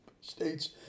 States